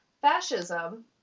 fascism